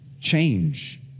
change